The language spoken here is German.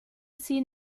sie